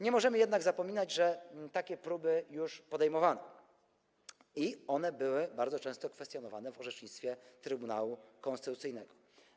Nie możemy jednak zapominać, że takie próby już podejmowano i one bardzo często były kwestionowane w orzecznictwie Trybunału Konstytucyjnego.